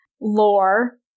lore